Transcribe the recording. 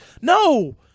no